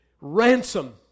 ransom